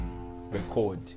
record